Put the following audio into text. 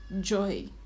joy